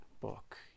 book